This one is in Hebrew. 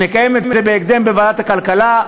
נקיים בהקדם דיון בוועדת הכלכלה,